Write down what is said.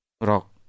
rock